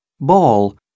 Ball